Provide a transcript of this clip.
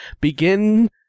begin